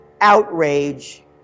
outrage